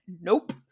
nope